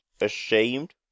ashamed